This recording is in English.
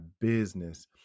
business